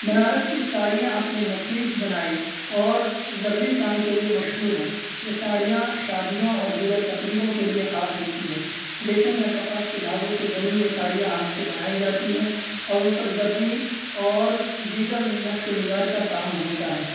بنارس کی ساڑیاں اپنے نفیس بنائی اور زرعی کام کے لیے مشہور ہیں یہ ساڑیاں شادیوں اور دیگر تقریبوں کے لیے خاص ہوتی ہیں ریشم یا کپاس کے دھاگوں سے بنی یہ ساڑیاں ہاتھ سے بنائی جاتی ہیں اور ان پر زریں اور دیگر نقش و نگار کا کام ہوتا ہے